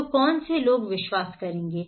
तो कौन से लोग विश्वास करेंगे